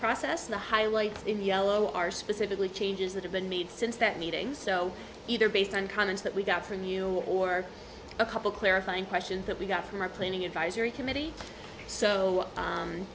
process the highlights in yellow are specifically changes that have been made since that meeting so either based on comments that we got from you or a couple clarifying questions that we got from our planning advisory committee so